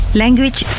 language